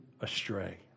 astray